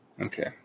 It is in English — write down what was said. Okay